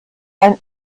ein